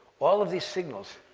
all of these signals,